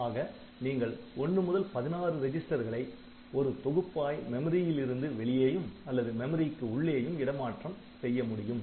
ஆக நீங்கள் 1 முதல் 16 ரெஜிஸ்டர்களை ஒரு தொகுப்பாய் மெமரியில் இருந்து வெளியேயும் அல்லது மெமரிக்கு உள்ளேயும் இடமாற்றம் செய்ய முடியும்